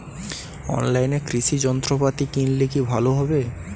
অনলাইনে কৃষি যন্ত্রপাতি কিনলে কি ভালো হবে?